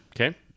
Okay